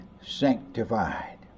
sanctified